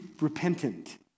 repentant